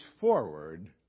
forward